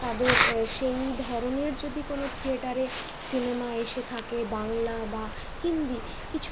তাদের সেই ধরণের যদি কোনও থিয়েটারে সিনেমা এসে থাকে বাংলা বা হিন্দি কিছু